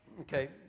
Okay